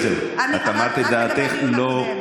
את אמרת את דעתך.